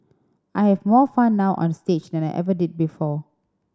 I have more fun now onstage than I ever did before